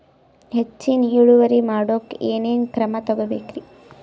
ಹೆಚ್ಚಿನ್ ಇಳುವರಿ ಮಾಡೋಕ್ ಏನ್ ಏನ್ ಕ್ರಮ ತೇಗೋಬೇಕ್ರಿ?